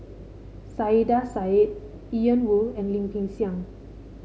Saiedah Said Ian Woo and Lim Peng Siang